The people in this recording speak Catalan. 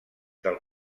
del